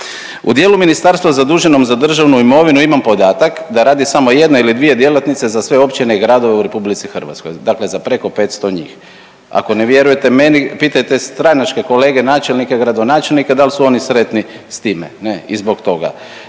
U dijelu ministarstva zaduženom za državnu imovinu imam podatak da radi samo jedna ili dvije djelatnice za sve općine i gradove u RH, dakle za preko 500 njih. Ako ne vjerujete meni, pitajte stranačke kolege, načelnike, gradonačelnike, dal su oni sretni s time ne i zbog toga